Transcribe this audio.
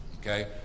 Okay